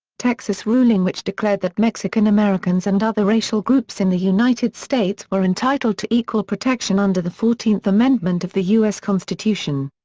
texas ruling which declared that mexican americans and other racial groups in the united states were entitled to equal protection under the fourteenth amendment of the u s. constitution.